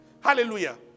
Hallelujah